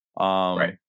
Right